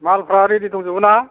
मालफ्रा रेदि दंजोबो ना